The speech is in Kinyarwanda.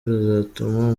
ruzatuma